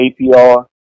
APR